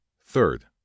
third